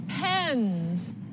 Pens